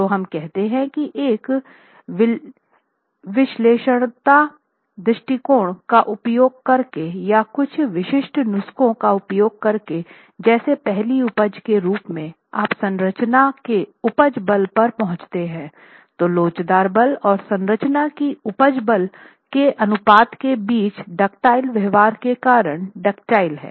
तो हम कहते हैं कि एक विश्लेषणात्मक दृष्टिकोण का उपयोग करके या कुछ विशिष्ट नुस्खे का उपयोग करके जैसे पहली उपज के रूप में आप संरचना के उपज बल पर पहुंचते हैं तो लोचदार बल और संरचना की उपज बल के अनुपात के बीच दुक्तिले व्यवहार के कारण दुक्तिले है